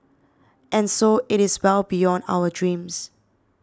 and so it is well beyond our dreams